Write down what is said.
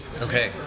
Okay